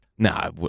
No